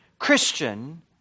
Christian